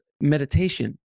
meditation